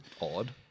odd